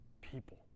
people